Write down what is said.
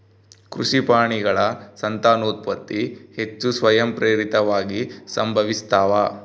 ಕೃಷಿ ಪ್ರಾಣಿಗಳ ಸಂತಾನೋತ್ಪತ್ತಿ ಹೆಚ್ಚು ಸ್ವಯಂಪ್ರೇರಿತವಾಗಿ ಸಂಭವಿಸ್ತಾವ